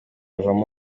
ivamo